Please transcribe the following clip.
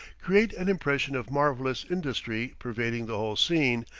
create an impression of marvellous industry pervading the whole scene,